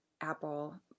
Apple